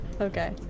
Okay